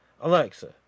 Alexa